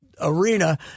arena